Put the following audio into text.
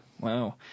Wow